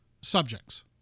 subjects